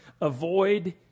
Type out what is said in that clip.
avoid